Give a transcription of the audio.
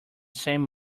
same